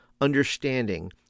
understanding